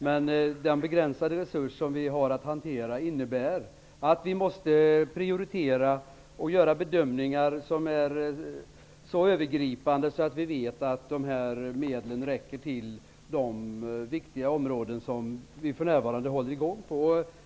Men de begränsade resurser som vi har att hantera innebär att vi måste prioritera och göra bedömningar som är så övergripande att vi vet att medlen räcker till de viktiga områden där vi för närvarande bedriver verksamhet.